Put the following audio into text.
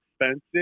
expensive